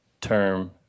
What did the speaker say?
term